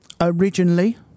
Originally